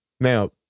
Now